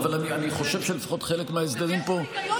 אבל אני חושב שלפחות חלק מההסדרים בו,